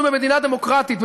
אנחנו במדינה דמוקרטית,